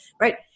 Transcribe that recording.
right